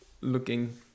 looking